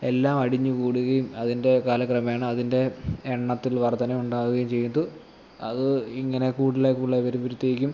എല്ലാം അടിഞ്ഞ് കൂടുകയും അതിൻ്റെ കാലക്രമേണ അതിൻ്റെ എണ്ണത്തിൽ വർധനവുണ്ടാവുകയും ചെയ്തു അത് ഇങ്ങനെ കൂടുതലായി കൂടുതലായി വരുമ്പോഴത്തേക്കും